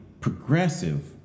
progressive